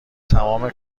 تمام